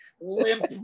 limp